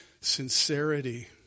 sincerity